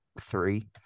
three